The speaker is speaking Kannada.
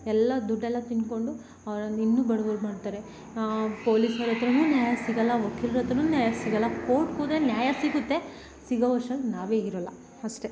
ಎಲ್ಲ ದುಡ್ಡೆಲ್ಲ ತಿನ್ಕೊಂಡು ಅವ್ರನ್ನು ಇನ್ನೂ ಬಡವ್ರ್ ಮಾಡ್ತಾರೆ ಪೋಲಿಸ್ನೋರ ಹತ್ರಾನೂ ನ್ಯಾಯ ಸಿಗೋಲ್ಲ ವಕೀಲ್ರ ಹತ್ರನೂ ನ್ಯಾಯ ಸಿಗೋಲ್ಲ ಕೋರ್ಟಿಗೆ ಹೋದ್ರೆ ನ್ಯಾಯ ಸಿಗುತ್ತೆ ಸಿಗೋವಷ್ಟ್ರಲ್ಲಿ ನಾವೇ ಇರೋಲ್ಲ ಅಷ್ಟೇ